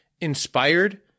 inspired